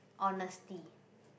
honesty